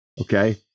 Okay